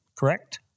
correct